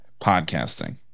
podcasting